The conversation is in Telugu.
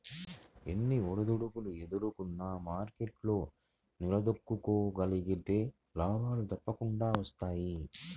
ఎన్ని ఒడిదుడుకులు ఎదుర్కొన్నా మార్కెట్లో నిలదొక్కుకోగలిగితే లాభాలు తప్పకుండా వస్తాయి